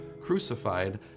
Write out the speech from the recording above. crucified